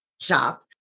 shop